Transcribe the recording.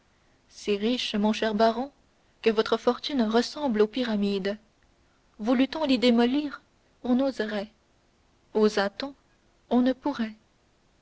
si riche mon cher baron que votre fortune ressemble aux pyramides voulût on les démolir on n'oserait osât on on ne pourrait